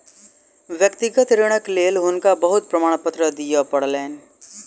व्यक्तिगत ऋणक लेल हुनका बहुत प्रमाणपत्र दिअ पड़लैन